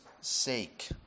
sake